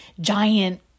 giant